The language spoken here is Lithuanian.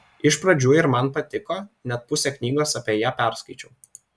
iš pradžių ir man patiko net pusę knygos apie ją perskaičiau